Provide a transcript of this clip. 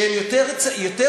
שהם יותר ערבים מהם.